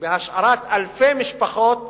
ובהשארת אלפי משפחות